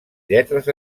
lletres